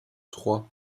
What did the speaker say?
trois